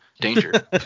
danger